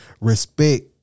respect